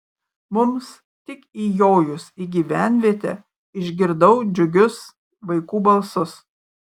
mums tik įjojus į gyvenvietę išgirdau džiugius vaikų balsus